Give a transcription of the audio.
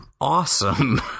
awesome